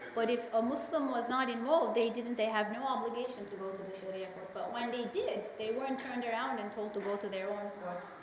but if a muslim was not involved, they didn't they have no obligation to go to the sharia court. but when they did, they went and turned around and told to go to their own court.